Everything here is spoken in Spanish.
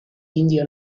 indio